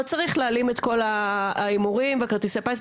לא צריך להעלים את כל ההימורים וכרטיסי הפיס,